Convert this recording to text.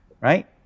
Right